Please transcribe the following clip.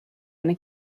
eine